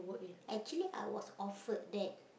actually I was offered that